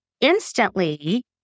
instantly